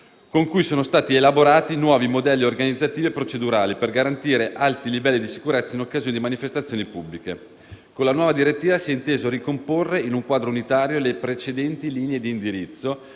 con cui sono stati elaborati nuovi modelli organizzativi e procedurali per garantire alti livelli di sicurezza in occasione di manifestazioni pubbliche. Con la nuova direttiva si è inteso ricomporre in un quadro unitario le precedenti linee di indirizzo,